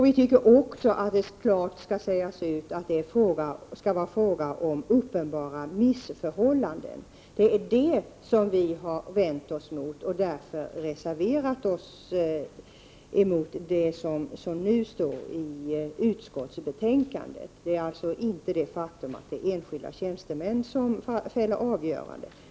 Vi tycker också att det klart skall sägas ut att det skall vara fråga om uppenbara missförhållanden. Det är alltså detta som vi vänder oss emot, och det är därför som vi har reserverat oss mot det som utskottet föreslår. Vi är inte emot att enskilda tjänstemän fäller avgörandet.